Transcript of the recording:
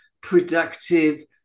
productive